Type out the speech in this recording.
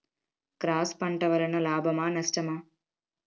Cross పంట వలన లాభమా నష్టమా?